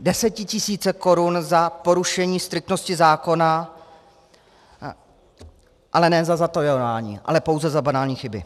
Desetitisíce korun za porušení striktnosti zákona, ale ne za zatajování, ale pouze za banální chyby.